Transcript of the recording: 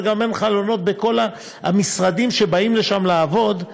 אבל גם אין חלונות בכל המשרדים שבאים לשם לעבוד.